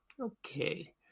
Okay